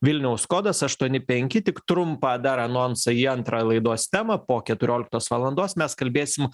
vilniaus kodas aštuoni penki tik trumpą dar anonsą į antrą laidos temą po keturioliktos valandos mes kalbėsim